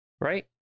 right